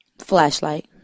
Flashlight